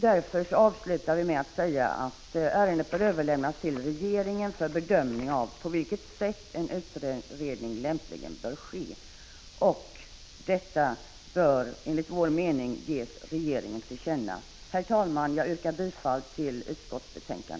Därför avslutar vi med att säga att ärendet bör överlämnas till regeringen för bedömning av på vilket sätt en utredning lämpligen bör ske. Detta bör enligt utskottets mening ges regeringen till känna. Herr talman! Jag yrkar bifall till utskottets hemställan.